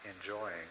enjoying